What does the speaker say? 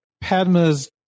Padma's